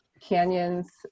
canyons